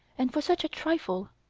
and for such a trifle!